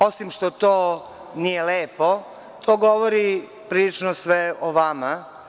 Osim što to nije lepo, to govori prilično sve o vama.